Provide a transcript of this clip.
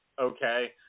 Okay